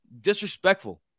disrespectful